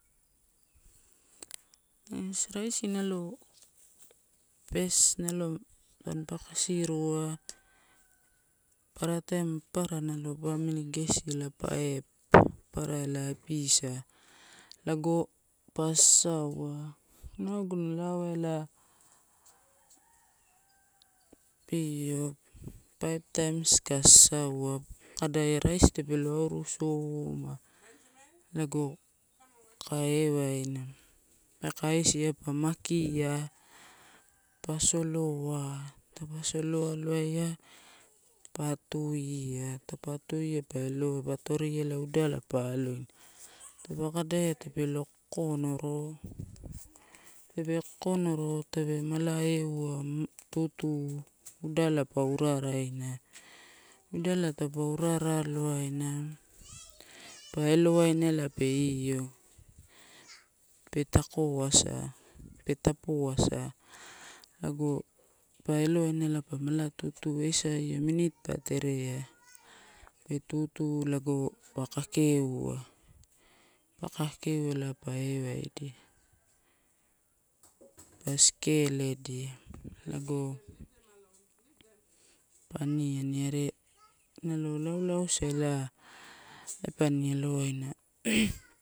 Ais raisi nalo fes nalo panpa kasirua, papar taim papara nalo pamili gesi ela pa e papara elai pisa, lago pa sasaua. Inagun alaoai ela, io paif taims ka sasaua, kadaia raisi tapee lo auru soma lago kai ewaina, ka kaisia pa makia, pa soloa, taupe solo alowaia, pa atuia. Taupa atui a pa elo, pa toriaela udala pa aloina, taupa kadia tape lo kokonono, tape mala euwa tutu udala pa uraraina. Dala urara aloaina pa elowaina ela pe io, pe tabvoasa, pe topaosa lago pa eloaine pa mala tutu eisa minit pa terea. Pe tutu lago pa kakeo oua, pa kake aia ela pa ewaidia pa sekeledia lago pa aniani are nalo laulausa ela epani alowaina.